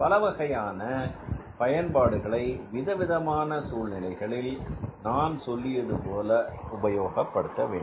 பலவகையான பயன்பாடுகளை விதவிதமான சூழல்களில் நான் சொல்லியது போல உபயோகப்படுத்த வேண்டும்